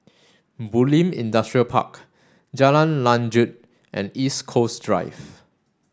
Bulim Industrial Park Jalan Lanjut and East Coast Drive